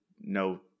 no